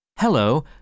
Hello